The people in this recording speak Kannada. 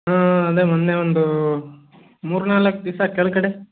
ಹಾಂ ಅದೇ ಮೊನ್ನೆ ಒಂದು ಮೂರು ನಾಲ್ಕು ದಿವಸ ಕೆಳಗಡೆ